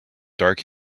dark